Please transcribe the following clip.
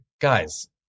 Guys